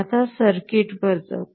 आता सर्किटवर जाऊ